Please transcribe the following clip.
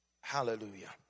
Hallelujah